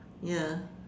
ya